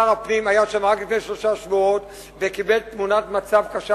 שר הפנים היה שם רק לפני שלושה שבועות וראה תמונת מצב קשה,